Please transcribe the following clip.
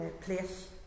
place